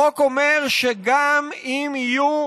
החוק אומר שגם אם יהיו,